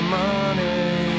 money